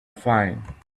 fine